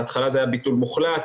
בהתחלה זה היה ביטול מוחלט,